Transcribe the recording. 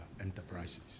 Enterprises